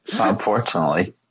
Unfortunately